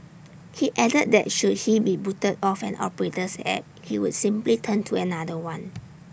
he added that should he be booted off an operator's app he would simply turn to another one